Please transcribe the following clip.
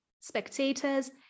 spectators